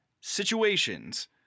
situations